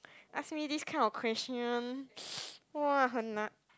ask me this kind of question [wah] hen nan